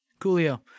Coolio